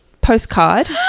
postcard